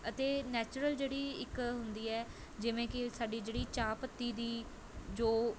ਅਤੇ ਨੈਚੁਰਲ ਜਿਹੜੀ ਇੱਕ ਹੁੰਦੀ ਹੈ ਜਿਵੇਂ ਕਿ ਸਾਡੀ ਜਿਹੜੀ ਚਾਹ ਪੱਤੀ ਦੀ ਜੋ